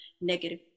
negative